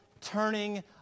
turning